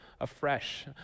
afresh